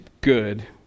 good